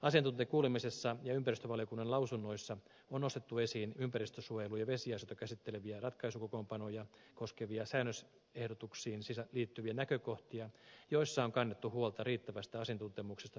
asiantuntijakuulemisessa ja ympäristövaliokunnan lausunnoissa on nostettu esiin ympäristönsuojelu ja vesiasioita käsitteleviä ratkaisukokoonpanoja koskevia säännösehdotuksiin liittyviä näkökohtia joissa on kannettu huolta riittävästä asiantuntemuksesta päätöksenteossa